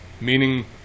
Meaning